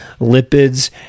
lipids